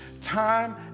time